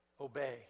obey